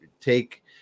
take